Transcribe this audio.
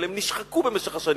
אבל הם נשחקו במשך השנים,